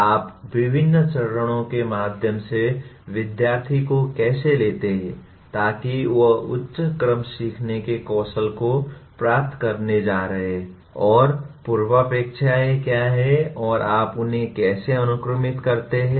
आप विभिन्न चरणों के माध्यम से विद्यार्थी को कैसे लेते हैं ताकि वह उच्च क्रम सीखने के कौशल को प्राप्त करने जा रहा है और पूर्वापेक्षाएँ क्या हैं और आप उन्हें कैसे अनुक्रमित करते हैं